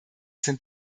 sind